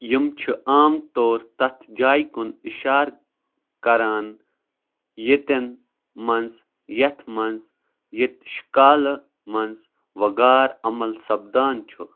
یِم چھِ عام طور تَتھ جایہِ کُن اِشار کران ییٚتٮ۪ن منٛز یتھ منٛز ییٚتہِ شكالہٕ منٛز وغار عمل سپدان چھُ